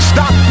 Stop